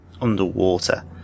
underwater